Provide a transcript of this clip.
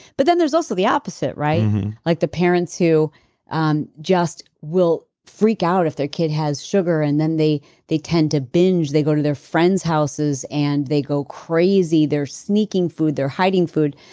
but then there's also the opposite. like the parents who um just will freak out if their kid has sugar and then they they tend to binge. they go to their friends' houses and they go crazy. they're sneaking food they're hiding food.